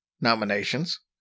nominations